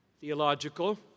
theological